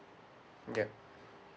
yup